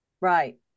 Right